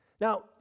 Now